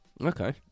Okay